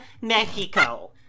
Mexico